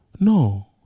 No